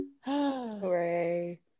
Hooray